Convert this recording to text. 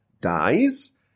dies